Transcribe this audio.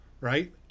right